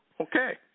okay